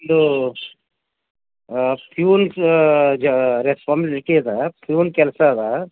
ಒಂದು ಪ್ಯೂನ್ಸ್ ಜ ರೆಸ್ಪಾನ್ಸಿಬಿಲಿಟಿ ಇದೆ ಪ್ಯೂನ್ ಕೆಲಸ ಇದೆ